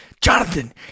jonathan